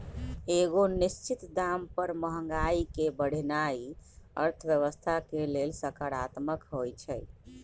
एगो निश्चित दाम पर महंगाई के बढ़ेनाइ अर्थव्यवस्था के लेल सकारात्मक होइ छइ